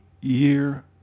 year